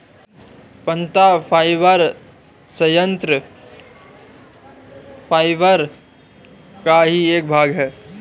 पत्ता फाइबर संयंत्र फाइबर का ही एक भाग है